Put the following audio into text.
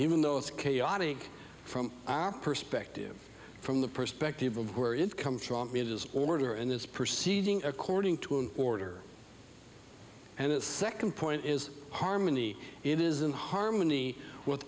even though it's chaotic from our perspective from the perspective of where it comes from order in this proceeding according to in order and the second point is harmony it is in harmony with